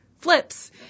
flips